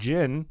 Jin